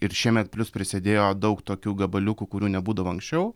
ir šiemet plius prisidėjo daug tokių gabaliukų kurių nebūdavo anksčiau